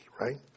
right